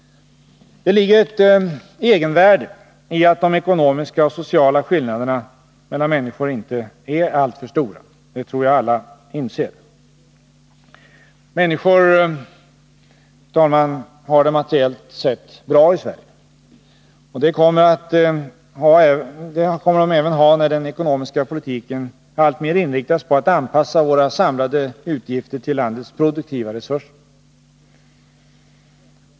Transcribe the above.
Det ligger ett egenvärde i att de ekonomiska och sociala skillnaderna mellan människor inte är alltför stora. Det tror jag alla inser. Fru talman! Människor har det materiellt sett bra i Sverige. Och det kommer de även att ha när den ekonomiska politiken alltmer inriktas på att anpassa våra samlade utgifter till landets produktiva resurser.